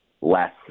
less